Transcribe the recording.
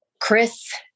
Chris